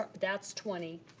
that's twenty.